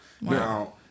now